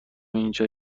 اینجا